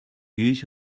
use